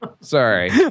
Sorry